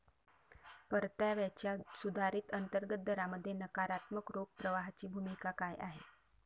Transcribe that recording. परताव्याच्या सुधारित अंतर्गत दरामध्ये नकारात्मक रोख प्रवाहाची भूमिका काय आहे?